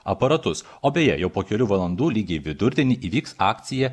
aparatus o beje jau po kelių valandų lygiai vidurdienį įvyks akcija